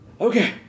Okay